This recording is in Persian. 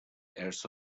ارث